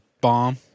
bomb